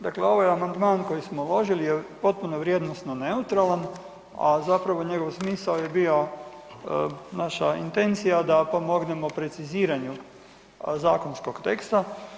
Dakle ovaj amandman koji smo uložili je potpuno vrijednosno neutralan, a zapravo njegov smisao je bio naša intencija da pomognemo preciziranju zakonskog teksta.